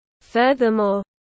Furthermore